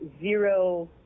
zero